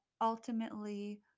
ultimately